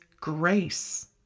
grace